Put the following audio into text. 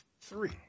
three